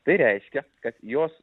tai reiškia kad jos